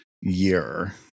year